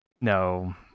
no